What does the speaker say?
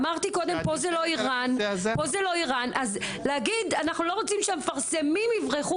אמרתי קודם שפה זה לא איראן אז להגיד: אנחנו לא רוצים שהמפרסמים יברחו